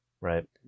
right